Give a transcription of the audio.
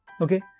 Okay